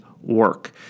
work